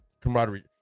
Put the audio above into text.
camaraderie